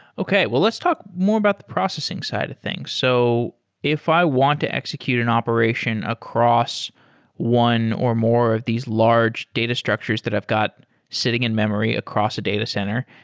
okay. well, let's talk more about the processing side things. so if i want to execute an operation across one or more of these large data structures that i've got sitting in-memory across a data center,